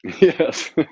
yes